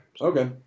okay